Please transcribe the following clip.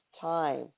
time